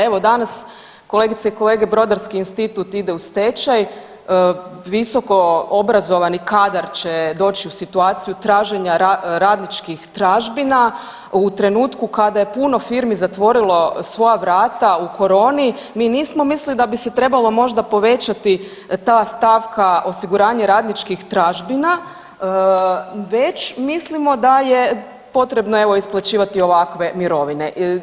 Evo danas kolegice i kolege Brodarski institut ide u stečaj, visoko obrazovani kadar će doći u situaciju traženja radničkih tražbina u trenutku kada je puno firmi zatvorilo svoja vrata u koroni, mi nismo mislili da bi se trebalo možda povećati ta stavka osiguranje radničkih tražbina već mislimo da je potrebno evo isplaćivati ovakve mirovine.